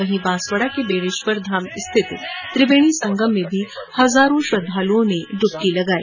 वहीं बांसवाड़ा के बेणेश्वर धाम स्थित त्रिवेणी संगम में भी हजारों श्रद्धालुओं ने डुबकी लगाई